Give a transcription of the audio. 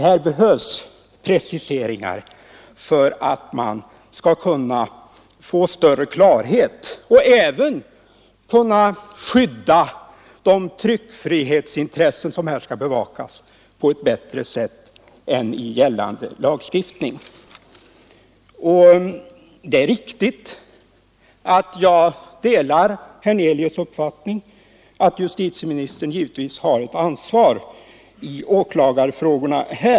Här behövs preciseringar för att man skall få större klarhet och även för att man på ett bättre sätt skall kunna skydda de tryckfrihetsintressen som här skall bevakas än man kan med gällande lagstiftning. Det är riktigt att jag delar herr Hernelius” uppfattning att justitiemi 59 nistern har ett ansvar i åtalsfrågorna.